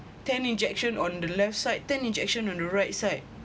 ten injection on the left side ten injection on the right side